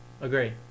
Agree